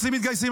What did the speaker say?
אצלי מתגייסים,